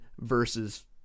versus